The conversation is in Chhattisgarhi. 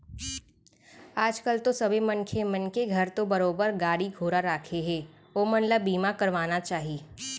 आज कल तो सबे मनखे मन के घर तो बरोबर गाड़ी घोड़ा राखें हें ओमन ल बीमा करवाना चाही